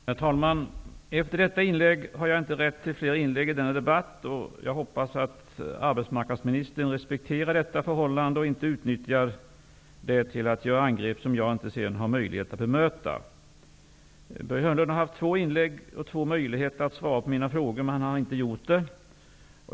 Herr talman! Efter detta inlägg har jag inte rätt till flera inlägg i den här debatten. Jag hoppas att arbetsmarknadsministern respekterar det förhållandet och inte utnyttjar det till att göra angrepp som jag inte sedan har möjlighet att bemöta. Börje Hörnlund har haft två inlägg och två möjligheter att svara på mina frågor, men han har inte gjort det.